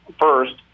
first